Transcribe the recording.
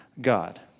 God